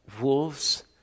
Wolves